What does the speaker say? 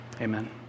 Amen